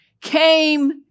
came